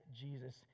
Jesus